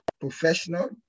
professional